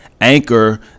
anchor